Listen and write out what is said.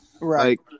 right